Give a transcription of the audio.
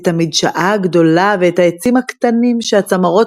את המדשאה הגדולה ואת העצים הקטנים שהצמרות